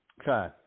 Okay